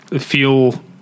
feel